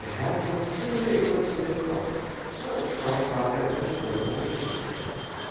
der herzog schüttelte immerzu den kopf so erstaunt war er über die seltsame geschichte